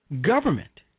government